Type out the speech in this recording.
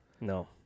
No